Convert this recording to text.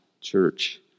church